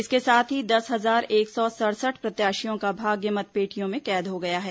इसके साथ ही दस हजार एक सौ सड़सठ प्रत्याशियों का भाग्य मतपेटियों में कैद हो गया है